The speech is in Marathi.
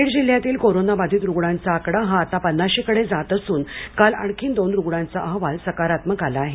बीड जिल्ह्यातील कोरोना बाधित रूग्णांचा आकडा हा आता पन्नाशी कडं जात असून काल आणखीन दोन रूग्णांचा अहवाल हा सकारात्मक आला आहे